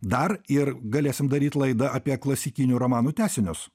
dar ir galėsim daryt laidą apie klasikinių romanų tęsinius